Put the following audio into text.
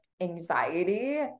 anxiety